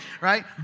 Right